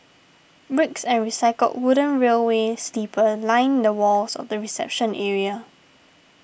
bricks and recycled wooden railway sleepers line the walls of the reception area